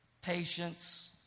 patience